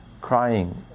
crying